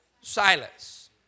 Silas